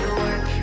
work